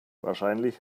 wahrscheinlich